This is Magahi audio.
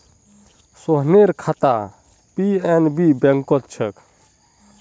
सोहनेर खाता पी.एन.बी बैंकत छेक